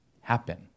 happen